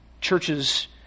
Churches